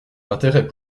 l’intérêt